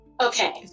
okay